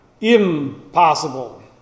impossible